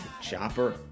Chopper